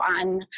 on